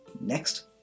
Next